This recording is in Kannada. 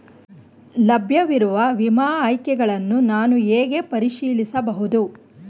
ಲಭ್ಯವಿರುವ ವಿಮಾ ಆಯ್ಕೆಗಳನ್ನು ನಾನು ಹೇಗೆ ಪರಿಶೀಲಿಸಬಹುದು?